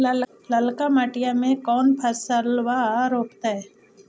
ललका मटीया मे कोन फलबा रोपयतय?